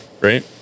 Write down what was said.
right